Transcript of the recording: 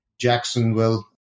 Jacksonville